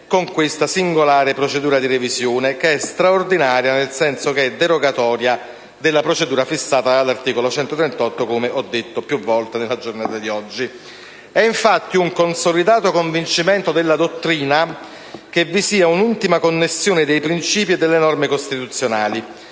con questa singolare procedura di revisione, che è straordinaria nel senso che è derogatoria della procedura fissata dall'articolo 138, come ho evidenziato più volte nella giornata di oggi. Infatti, è un consolidato convincimento della dottrina che vi sia un'intima connessione tra princìpi e norme costituzionali,